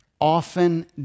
often